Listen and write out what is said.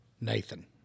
Nathan